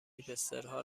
هیپسترها